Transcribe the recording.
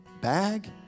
bag